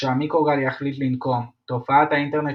כשהמיקרוגל יחליט לנקום תופעת "האינטרנט